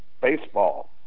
baseball